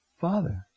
Father